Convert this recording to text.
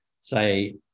say